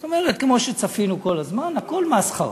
זאת אומרת, כמו שצפינו כל הזמן, הכול מסחרה.